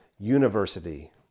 university